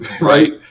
right